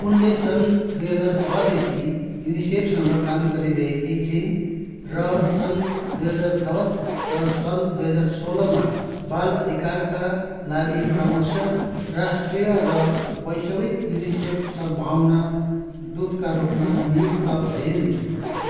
उनले सन् दुई हजार छदेखि युनिसेफसँग काम गरिरहेकी छिन् र सन् दुई हजार दस र सन् दुई हजार सोह्रमा बाल अधिकारका लागि क्रमशः राष्ट्रिय र वैश्विक युनिसेफ सद्भावना दूतका रूपमा नियुक्त भइन्